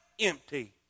empty